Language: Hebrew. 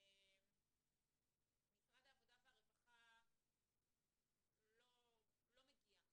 משרד העבודה והרווחה לא מגיע.